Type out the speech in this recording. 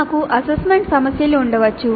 మాకు అసైన్మెంట్ సమస్యలు ఉండవచ్చు